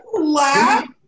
Laugh